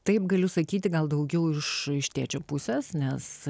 taip galiu sakyti gal daugiau iš iš tėčio pusės nes